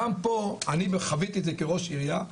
גם פה אני חוויתי את זה כראש עייריה,